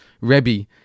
Rebbe